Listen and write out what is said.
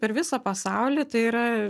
per visą pasaulį tai yra